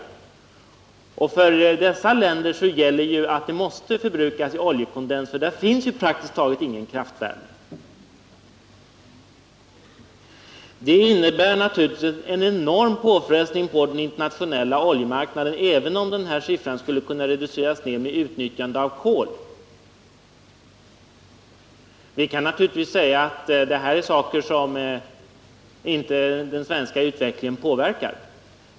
För dessa länder gäller att det måste förbrukas i oljekondens, för där finns praktiskt taget ingen kraftvärme. Det innebär naturligtvis en enorm påfrestning på den internationella oljemarknaden, även om siffran skulle kunna reduceras med utnyttjande av kol. Vi kan naturligtvis säga att det här är saker som inte den svenska utvecklingen påverkar.